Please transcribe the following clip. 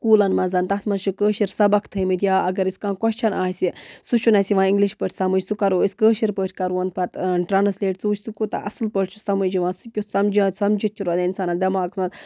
سکوٗلَن منٛز تَتھ منٛز کٲشِر سَق تھٲومٕۍ یا اگر أسۍ کانٛہہ کوسچن آسہِ سُہ چھُنہٕ اَسہِ اِنگلِش پٲٹھۍ سٕمجھ سُہ کَرو أسۍ کٲشِرۍ پٲٹھۍ کَرہون پَتہٕ ٹرانٕسلیٹ ژٕ وُچھ سُہ کوٗتاہ اَصٕل پٲٹھۍ چھُ سَمجھ یِوان سُہ کٮُ۪تھ سجھِتھ چھُ رزان اِنسان دٮ۪ماَس منٛز